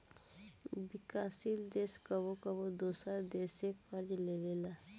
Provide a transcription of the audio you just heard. विकासशील देश कबो कबो दोसरा देश से कर्ज लेबेला